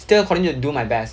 still continute to do my best